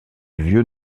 vieux